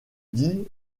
dit